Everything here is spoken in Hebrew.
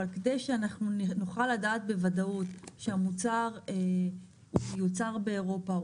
כדי שאנחנו נוכל לדעת בודאות שהמוצר יוצר באירופה,